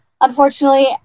Unfortunately